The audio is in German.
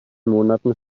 monaten